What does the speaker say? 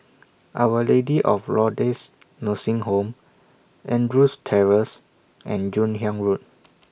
Our Lady of Lourdes Nursing Home Andrews Terrace and Joon Hiang Road